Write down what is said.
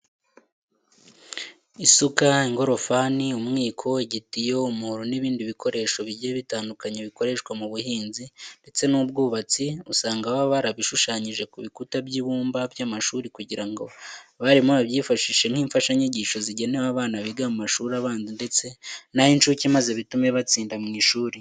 Isuka, ingorofani, umwiko, igitiyo, umuhoro n'ibindi bikoresho bigiye bitandukanye bikoreshwa mu buhinzi ndetse n'ubwubatsi usanga baba barabishushanyije ku bikuta by'ibyumba by'amashuri kugira ngo abarimu babyifashishe nk'imfashanyigisho zigenewe abana biga mu mashuri abanze ndetse n'ay'incuke maze bitume batsinda mu ishuri.